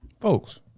Folks